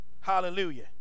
Hallelujah